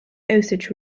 osage